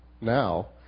now